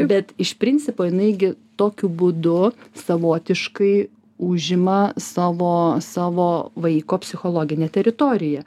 bet iš principo jinai gi tokiu būdu savotiškai užima savo savo vaiko psichologinę teritoriją